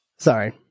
Sorry